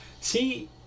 See